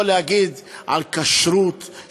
אין לך בעיה לבוא ולהגיד על כשרות "שחיתות".